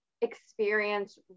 experience